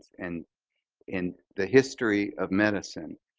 and in the history of medicine,